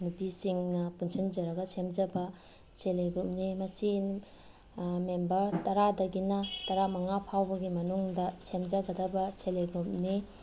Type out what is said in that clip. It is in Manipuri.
ꯅꯨꯄꯤꯁꯤꯡꯅ ꯄꯨꯁꯤꯟꯖꯔꯒ ꯁꯦꯝꯖꯕ ꯁꯦꯜꯐ ꯍꯦꯜꯞ ꯒ꯭ꯔꯨꯞꯅꯦ ꯃꯁꯤ ꯃꯦꯝꯕꯔ ꯇꯔꯥꯗꯒꯤꯅ ꯇꯔꯥꯃꯉꯥꯐꯥꯎꯕꯒꯤ ꯃꯅꯨꯡꯗ ꯁꯦꯝꯖꯒꯗꯕ ꯁꯦꯜꯐ ꯍꯦꯜꯞ ꯒ꯭ꯔꯨꯞꯅꯤ